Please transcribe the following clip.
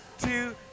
two